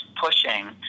pushing